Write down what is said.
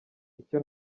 icyo